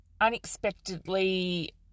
unexpectedly